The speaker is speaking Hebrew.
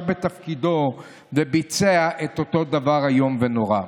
בתפקידו וביצע את אותו דבר איום ונורא.